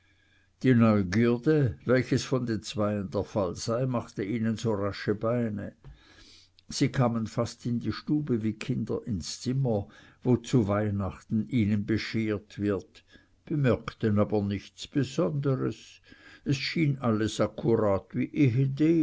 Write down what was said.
die neugierde welches von den zweien der fall sei machte ihnen so rasche beine sie kamen fast in die stube wie kinder ins zimmer wo zu weihnachten ihnen beschert wird bemerkten aber nichts besonderes es schien alles akkurat wie